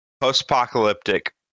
post-apocalyptic